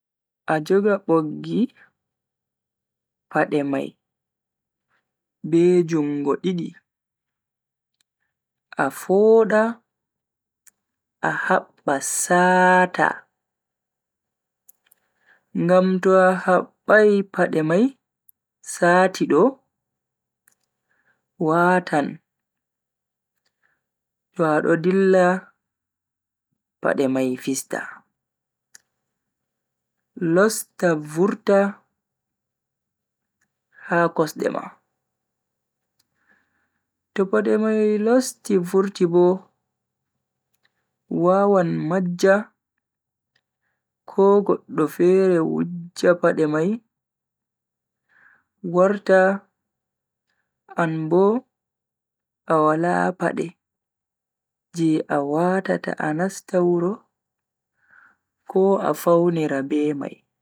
A joga boggi pade mai be jungo didi, a fooda a habba saata. Ngam to a habbai pade mai saati do, watan to a do dilla pade mai fista, losta vurta ha kosde ma. To pade mai losti vurti bo wawan majja ko goddo fere wujja pade mai warta an bo a wala pade je a watata a nasta wuro ko a faunira be mai.